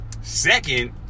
Second